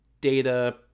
data